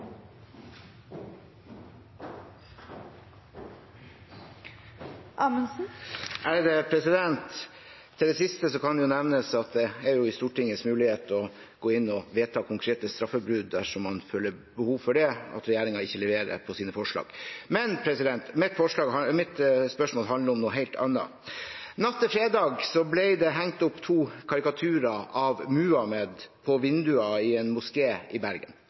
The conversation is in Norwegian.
Til det siste kan det nevnes at Stortinget har mulighet til å vedta konkrete straffebud dersom man føler behov for det, og føler at regjeringen ikke leverer på sine forslag. Mitt spørsmål handler om noe helt annet: Natt til fredag ble det hengt opp to karikaturer av profeten Muhammed på vinduer i en moské i Bergen.